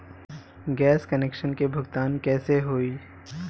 Gas connection के भुगतान कैसे होइ?